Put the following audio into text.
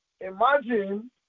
Imagine